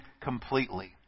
completely